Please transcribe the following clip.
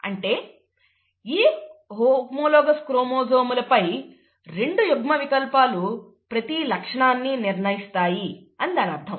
అంటే హోమోలాగస్ క్రోమోజోమ్ల పై రెండు యుగ్మ వికల్పాలు ప్రతి లక్షణాన్ని నిర్ణయిస్తాయి అని దాని అర్థం